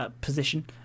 position